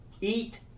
eat